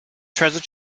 treasure